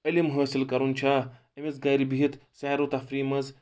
علم حٲصِل کرُن چھا أمِس گرِ بِہِتھ سیر و تفری منٛز